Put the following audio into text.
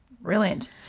brilliant